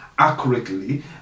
accurately